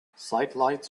sidelights